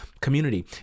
community